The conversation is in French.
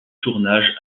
tournage